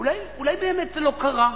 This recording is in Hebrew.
אולי זה באמת לא קרה?